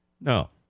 no